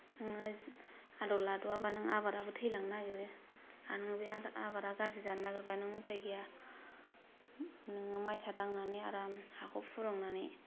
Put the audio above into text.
नोङो आदर लाद'वाबा नोङो आबादाबो थैलांनो नागिरो आरो नोङो बे आबादा गाज्रि जानो नागिरबा नों उफाय गैया नोङो मायसा दांनानै आराम हाखौ फुरुंनानै